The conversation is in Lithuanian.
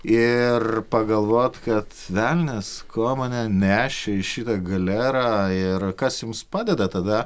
ir pagalvot kad velnias ko mane nešė į šitą galerą ir kas jums padeda tada